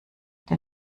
den